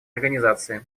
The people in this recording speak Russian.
организации